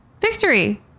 victory